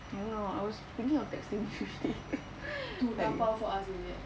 I don't know I was thinking of texting rusydi like